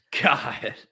God